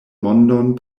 mondon